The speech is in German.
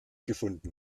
gefunden